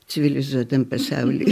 civilizuotam pasauly